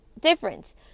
difference